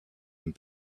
and